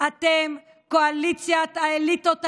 אתם קואליציית האליטות הלבנות.